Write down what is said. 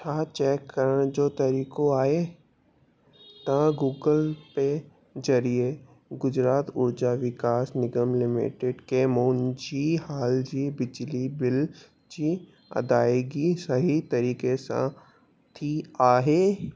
छा चैक करण जो तरीक़ो आहे त गूगल पे ज़रिए गुजरात ऊर्जा विकास निगम लिमिटेड खे मुंहिंजी हाल जी बिजली बिल जी अदाइगी सही तरीक़े सां थी आहे